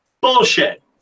bullshit